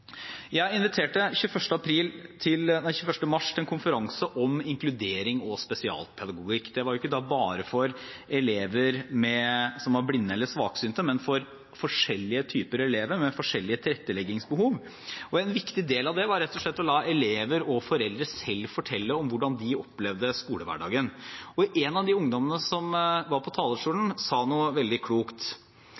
til en konferanse om inkludering og spesialpedagogikk. Det var ikke bare for elever som var blinde eller svaksynte, men for forskjellige typer elever med forskjellige tilretteleggingsbehov, og en viktig del av det var rett og slett å la elever og foreldre selv fortelle om hvordan de opplevde skolehverdagen. En av ungdommene som var på talerstolen,